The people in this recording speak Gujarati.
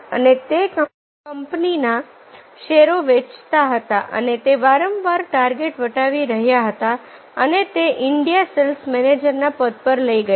અને તે કંપનીના શેરો વેચતો હતો અને તે વારંવાર ટાર્ગેટ વટાવી ક્યાં હતા અને તે તેને ઇન્ડિયા સેલ્સ મેનેજર ના પદ પર લઈ ગયા